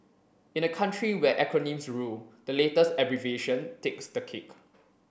in a country where acronyms rule the latest abbreviation takes the cake